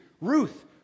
Ruth